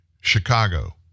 Chicago